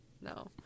no